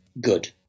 good